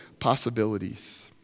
Possibilities